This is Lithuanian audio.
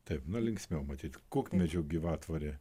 taip na linksmiau matyt kukmedžių gyvatvorė